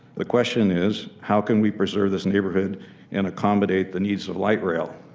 the question is, how can we preserve this neighborhood and accommodate the needs of light rail?